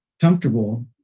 comfortable